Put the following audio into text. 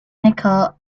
nickel